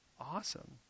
Awesome